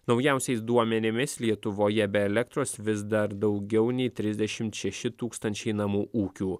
naujausiais duomenimis lietuvoje be elektros vis dar daugiau nei trisdešimt šeši tūkstančiai namų ūkių